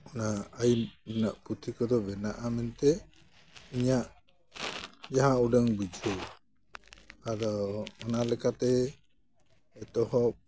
ᱚᱱᱟ ᱟᱭᱤᱱ ᱨᱮᱱᱟᱜ ᱯᱩᱛᱷᱤ ᱠᱚᱫᱚ ᱵᱮᱱᱟᱜᱼᱟ ᱢᱮᱱᱛᱮ ᱤᱧᱟᱹᱜ ᱡᱟᱦᱟᱸ ᱩᱰᱟᱹᱝ ᱵᱩᱡᱷᱟᱹᱣ ᱟᱫᱚ ᱚᱱᱟ ᱞᱮᱠᱟᱛᱮ ᱮᱛᱚᱦᱚᱵ